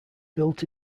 built